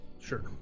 Sure